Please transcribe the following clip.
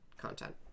content